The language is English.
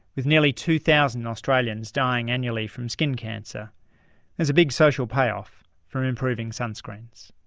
with nearly two thousand australians dying annually from skin cancer there's a big social payoff for improving sun screens.